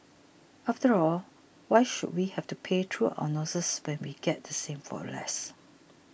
after all why should we have to pay through our noses when we can get the same for less